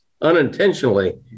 unintentionally